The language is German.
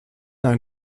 ein